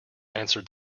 answered